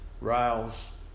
rails